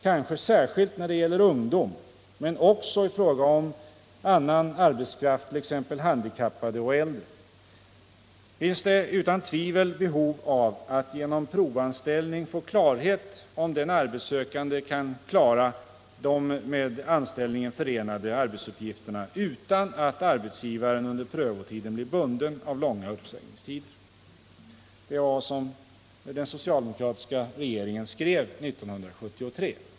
Kanske särskilt när det gäller ungdom men också i fråga om annan arbetskraft, t.ex. handikappade och äldre, finns det utan tvivel behov av att genom provanställning få klarhet om den arbetssökande kan klara de med anställningen förenade arbetsuppgifterna utan att arbetsgivaren under prövotiden blir bunden av långa uppsägningstider.” Det var vad den socialdemokratiska regeringen skrev 1973.